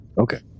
Okay